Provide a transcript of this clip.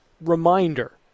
reminder